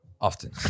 Often